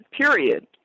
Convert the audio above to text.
period